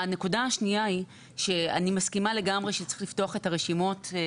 הנקודה השנייה היא שאני מסכימה לגמרי שצריך לפתוח את הרשימות גם